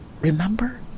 remember